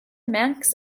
manx